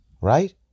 Right